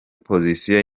position